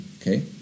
okay